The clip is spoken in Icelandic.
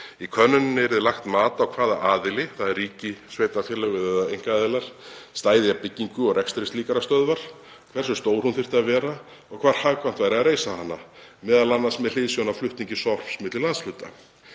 Í könnuninni yrði lagt mat á hvaða aðili, ríki, sveitarfélögin eða aðrir aðilar, stæði að byggingu og rekstri slíkrar stöðvar, hversu stór hún þyrfti að vera og hvar hagkvæmt væri að reisa hana, m.a. með hliðsjón af flutningi sorps milli landshluta.